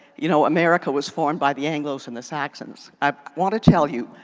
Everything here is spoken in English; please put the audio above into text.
you know america was formed by the anglos and the saxons. i want to tell you,